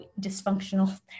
dysfunctional